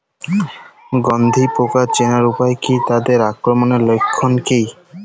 গন্ধি পোকা চেনার উপায় কী তাদের আক্রমণের লক্ষণ কী?